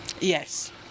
Yes